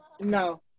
no